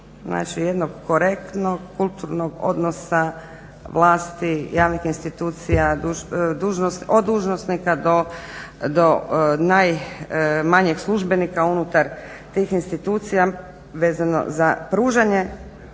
Znači jednog korektnog kulturnog odnosa, vlasti, javnih institucija, od dužnosnika do najmanjeg službenika unutar tih institucija vezano za pružanje